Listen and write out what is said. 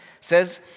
says